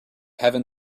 heaven